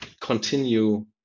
continue